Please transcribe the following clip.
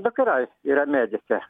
dukra yra medikė